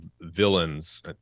villains